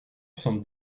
soixante